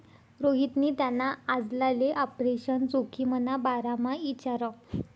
रोहितनी त्याना आजलाले आपरेशन जोखिमना बारामा इचारं